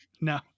no